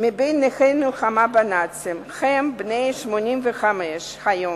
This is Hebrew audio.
מבין נכי המלחמה בנאצים הם בני 85 היום,